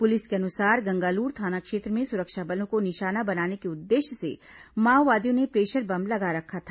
police के अनुसार गंगालूर थाना क्षेत्र में सुरक्षा बलों को निशाना बनाने के उद्देश्य से माओवादियों ने प्रेशर बम लगा रखा था